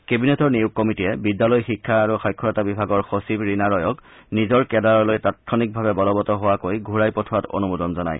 কেবিনেটৰ নিয়োগ কমিটিয়ে বিদ্যালয় শিক্ষা আৰু সাক্ষৰতা বিভাগৰ সচিব ৰীনা ৰয়ক নিজৰ কেদাৰলৈ তাৎক্ষণিকভাৱে বলৱৎ হোৱাকৈ ঘূৰাই পঠোৱাত অনুমোদন জনায়